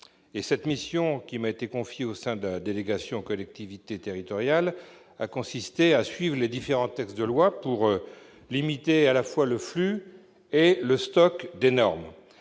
La mission qui m'a été confiée au sein de la délégation aux collectivités territoriales et à la décentralisation a consisté à suivre les différents textes de loi pour limiter à la fois le flux et le stock des normes.